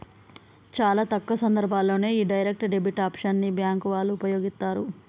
చాలా తక్కువ సందర్భాల్లోనే యీ డైరెక్ట్ డెబిట్ ఆప్షన్ ని బ్యేంకు వాళ్ళు వుపయోగిత్తరు